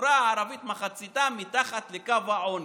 החברה הערבית, מחציתה מתחת לקו העוני.